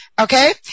Okay